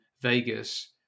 Vegas